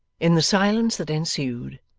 in the silence that ensued,